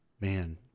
man